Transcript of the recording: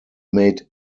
made